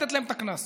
ולתת להם את הקנס.